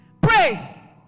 Pray